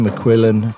McQuillan